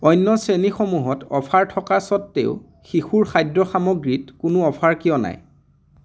অন্য শ্ৰেণীসমূহত অফাৰ থকা স্বত্তেও শিশুৰ খাদ্য সামগ্ৰীত কোনো অফাৰ কিয় নাই